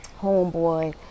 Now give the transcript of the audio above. Homeboy